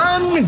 One